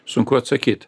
sunku atsakyt